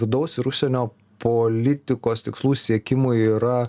vidaus ir užsienio politikos tikslų siekimui yra